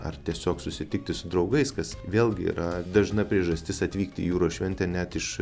ar tiesiog susitikti su draugais kas vėlgi yra dažna priežastis atvykti į jūros šventę net iš